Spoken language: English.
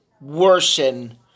worsen